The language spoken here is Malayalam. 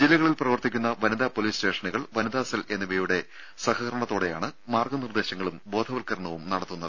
ജില്ലകളിൽ പ്രവർത്തിക്കുന്ന വനിതാ പൊലീസ് സ്റ്റേഷനുകൾ വനിതാ സെൽ എന്നിവയുടെ സഹകരണത്തോടെയാണ് മാർഗനിർദ്ദേശങ്ങളും ബോധവത്കരണവും നടത്തുന്നത്